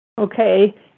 Okay